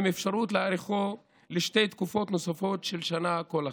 עם אפשרות להאריכו בשתי תקופות נוספות של שנה כל אחת.